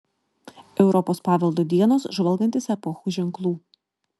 europos paveldo dienos žvalgantis epochų ženklų